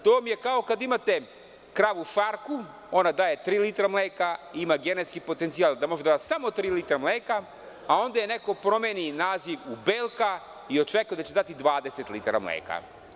To vam je kao kada imate kravu Šarku, ona daje tri litre mleka i ima genetski potencijal da može da dâ samo tri litre mleka, a onda joj neko promeni naziv u Belka i očekuje da će dati 20 litara mleka.